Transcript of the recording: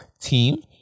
team